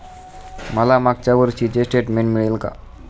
मला मागच्या वर्षीचे स्टेटमेंट मिळेल का?